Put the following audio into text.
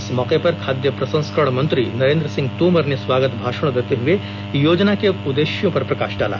इस मौके पर खाद्य प्रसंस्करण मंत्री नरेंद्र सिंह तोमर ने स्वागत भाषण देते हुए योजना के उददेश्यों पर प्रकाश डाला